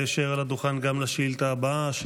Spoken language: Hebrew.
להישאר על הדוכן גם לשאילתה הבאה.